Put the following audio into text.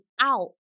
out